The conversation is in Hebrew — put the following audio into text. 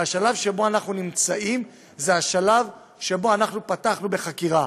והשלב שבו אנחנו נמצאים הוא השלב שבו אנחנו פתחנו בחקירה.